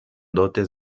dotes